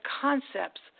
concepts